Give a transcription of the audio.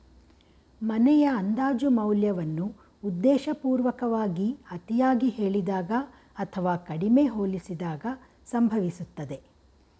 ಮನೆಯ ಅಂದಾಜು ಮೌಲ್ಯವನ್ನ ಉದ್ದೇಶಪೂರ್ವಕವಾಗಿ ಅತಿಯಾಗಿ ಹೇಳಿದಾಗ ಅಥವಾ ಕಡಿಮೆ ಹೋಲಿಸಿದಾಗ ಸಂಭವಿಸುತ್ತದೆ